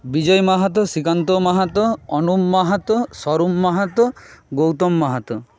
Bijoy Mahato Srikanta Mahato Anup Mahato Swarup Mahato Gautam Mahato